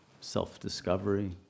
self-discovery